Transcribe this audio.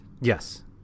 Yes